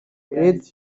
red